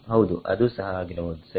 ಹೌದು ಅದು ಸಹ ಆಗಿರಬಹುದು ಸರಿ